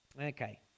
Okay